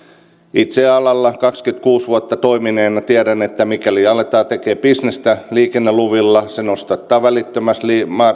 itse alalla kaksikymmentäkuusi vuotta toimineena tiedän että mikäli aletaan tekemään bisnestä liikenneluvilla se nostattaa välittömästi